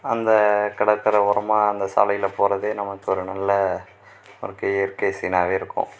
அந்த கடற்கரை ஓரமாக அந்த சாலையில் போகிறது நமக்கு ஒரு நல்ல ஒரு இயற்கை சீனாகவே இருக்கும்